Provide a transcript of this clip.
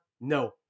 No